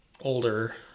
older